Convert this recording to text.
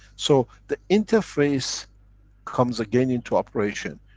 so the interface comes again into operation.